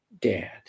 dad